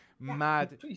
Mad